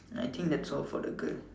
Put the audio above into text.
I think that's all for the girl